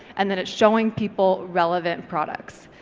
and then it's showing people relevant products.